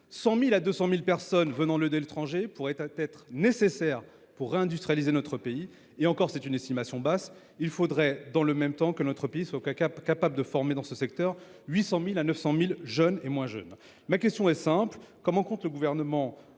100 000 et 200 000 personnes venant de l’étranger pourraient être nécessaires pour réindustrialiser notre pays – et, encore, c’est une estimation basse. Il faudrait en effet dans le même temps que notre pays soit capable de former dans ce secteur « 800 000 à 900 000 jeunes et moins jeunes ». Ma question est simple : comment le Gouvernement